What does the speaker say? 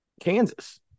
Kansas